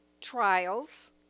trials